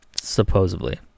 supposedly